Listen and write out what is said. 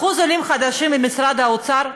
אחוז העולים החדשים במשרד האוצר,